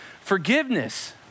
Forgiveness